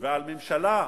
ועל ממשלה,